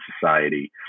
society